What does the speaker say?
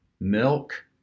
milk